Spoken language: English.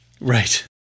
Right